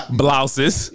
blouses